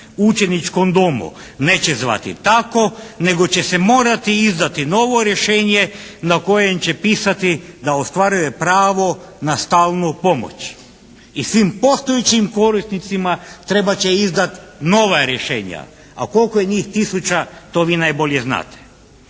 učeničkom domu neće zvati tako nego će se morati izdati novo rješenje na kojem će pisati da ostvaruje pravo na stalnu pomoć. I svim postojećim korisnicima trebat će izdati nova rješenja. A koliko je njih tisuća to vi najbolje znate.